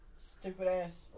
stupid-ass